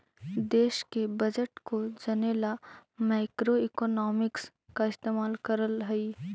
देश के बजट को जने ला मैक्रोइकॉनॉमिक्स का इस्तेमाल करल हई